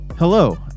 Hello